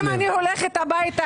אם אני הולכת הביתה,